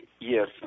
Yes